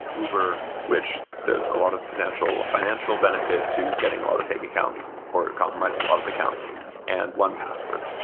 uber, which there's a lot of potential of financial benefit to getting a lot of fake accounts or compromising a lot of accounts and one password.